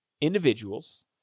individuals